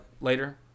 later